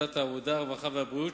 הרווחה והבריאות,